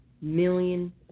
million